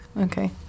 Okay